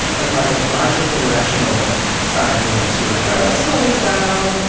and like, my logical, rational side of me wants to be like, all right. let's slow this down.